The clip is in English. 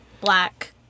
black